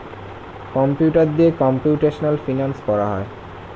computer দিয়ে computational finance করা হয়